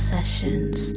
Sessions